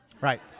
Right